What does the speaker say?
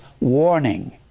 Warning